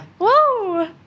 Whoa